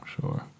sure